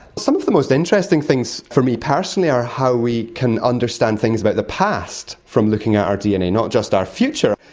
some of the most interesting things for me personally are how we can understand things about the past from looking at our dna, not just our future.